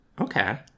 Okay